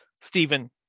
Stephen